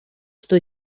что